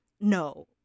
no